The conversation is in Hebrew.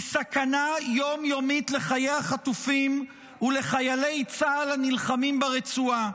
סכנה יום-יומית לחיי החטופים ולחיילי צה"ל הנלחמים ברצועה.